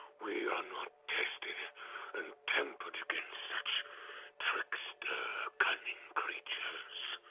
we are not tested and tempered against such trickster cunning creatures.